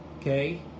okay